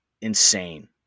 insane